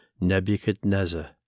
Nebuchadnezzar